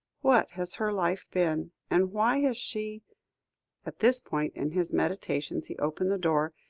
what has her life been? and why has she at this point in his meditations he opened the door,